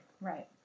Right